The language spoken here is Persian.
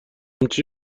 همچی